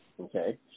Okay